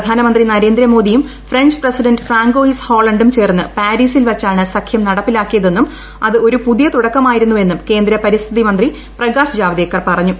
പ്രധാനമന്ത്രി നരേന്ദ്രമോദിയും French president Francois ഹോളണ്ടും ചേർന്ന് പാരീസിൽ വച്ചാണ് സഖ്യം നടപ്പിലാക്കിയതെന്നും അത് ഒരു പുതിയ തുടക്കമായിരുന്നു എന്നും കേന്ദ്ര പരിസ്ഥിതി മന്ത്രി പ്രകാശ് ജാവ്ദേക്കർ പറഞ്ഞു